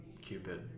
Cupid